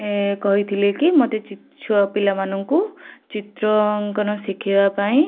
ଏଁ କହିଥିଲେ କି ମୋତେ ଛୁଆ ପିଲାମାନଙ୍କୁ ଚିତ୍ରାଙ୍କନ ଶିଖେଇବା ପାଇଁ